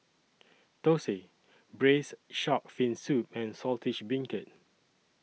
Thosai Braised Shark Fin Soup and Saltish Beancurd